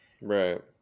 Right